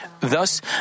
Thus